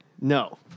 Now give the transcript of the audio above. No